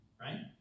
right